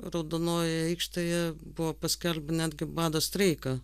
raudonojoje aikštėje buvo paskelbę netgi bado streiką